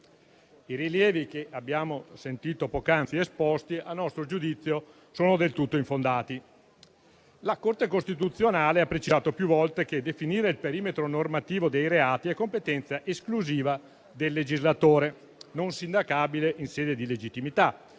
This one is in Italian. I motivi che abbiamo sentito poc'anzi esposti sono, a nostro giudizio, del tutto infondati. La Corte costituzionale ha precisato più volte che definire il perimetro normativo dei reati è competenza esclusiva del legislatore, non sindacabile in sede di legittimità